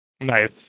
Nice